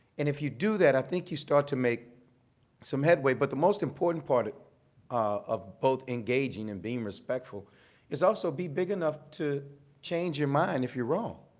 and if you do that, i think you start to make some headway. but the most important part of both engaging and being respectful is also be big enough to change your mind if you're wrong.